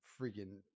freaking